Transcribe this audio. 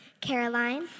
Caroline